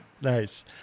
nice